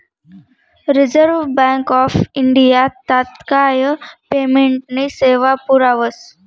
reserve bank of India तात्काय पेमेंटनी सेवा पुरावस